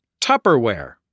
Tupperware